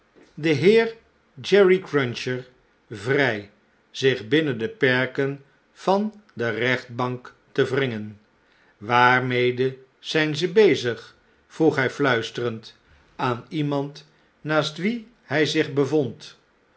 den heer jerry cruncher vrjj zich binnen de perken van de rechtbank te wringen waarmede zijn ze bezig vroeg hij fluisterend aan iemand naast wien hij zich bevond